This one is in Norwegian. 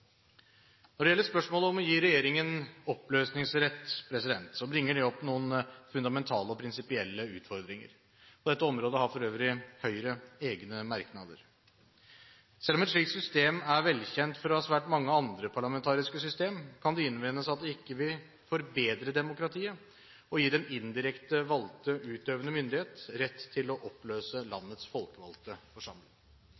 Når det gjelder spørsmålet om å gi regjeringen oppløsningsrett, bringer det opp noen fundamentale og prinsipielle utfordringer. På dette området har for øvrig Høyre egne merknader. Selv om et slikt system er velkjent fra svært mange andre parlamentariske systemer, kan det innvendes at det ikke vil forbedre demokratiet å gi den indirekte valgte utøvende myndighet rett til å oppløse